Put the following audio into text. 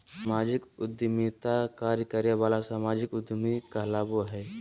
सामाजिक उद्यमिता कार्य करे वाला सामाजिक उद्यमी कहलाबो हइ